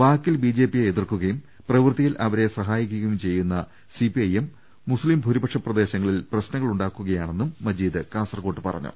വാക്കിൽ ബിജെപിയെ എതിർക്കുകയും പ്രവൃത്തിയിൽ അവരെ സഹായിക്കുകയും ചെയ്യുന്ന സിപിഐഎം മുസ്ലിം ഭൂരിപക്ഷ പ്രദേ ശ ങ്ങളിൽ പ്രപശ്നങ്ങൾ സൃഷ്ടിക്കുകയാണെന്നും മജീദ് കാസർകോട്ട് പറ്ഞ്ഞു